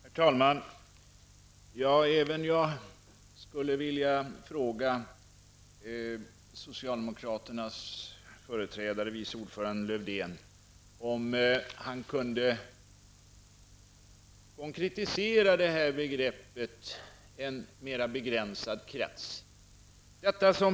Herr talman! Även jag skulle vilja fråga socialdemokraternas företrädare, utskottets vice ordförande Lars-Erik Lövdén, om han kan konkretisera begreppet ''en mera begränsad krets''.